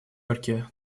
йорке